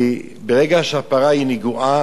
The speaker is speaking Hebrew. כי ברגע שהפרה נגועה,